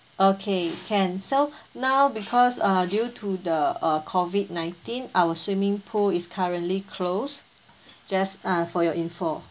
okay can so now because uh due to the COVID nineteen our swimming pool is currently closed just uh for your info